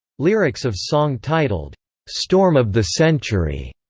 lyrics of song titled storm of the century